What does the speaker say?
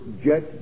jet